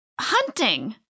hunting